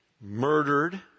murdered